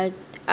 uh